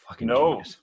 No